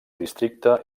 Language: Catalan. districte